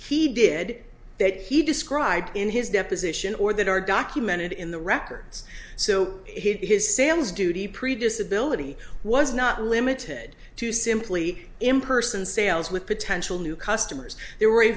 that he did that he described in his deposition or that are documented in the records so his sales duty previous ability was not limited to simply impersonal sales with potential new customers there were a